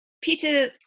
Peter